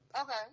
Okay